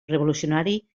revolucionari